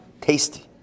tasty